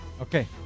Okay